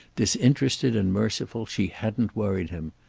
disinterested and merciful, she hadn't worried him.